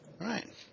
right